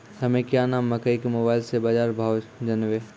हमें क्या नाम मकई के मोबाइल से बाजार भाव जनवे?